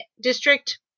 District